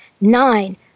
Nine